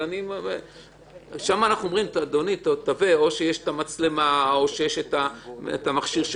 אבל שם או שיש מצלמה או מכשיר שלך.